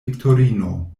viktorino